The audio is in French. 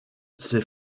ses